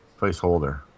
Placeholder